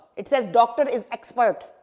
it says doctor is expert.